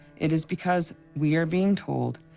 it is because we are being told,